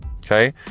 Okay